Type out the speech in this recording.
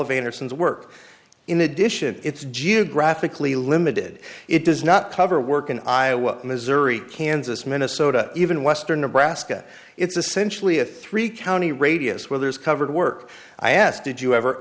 of anderson's work in addition it's geographically limited it does not cover work in iowa missouri kansas minnesota even western nebraska it's essentially a three county radius where there is covered work i asked did you ever